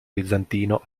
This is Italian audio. bizantino